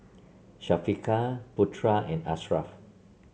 Syafiqah Putera and Ashraf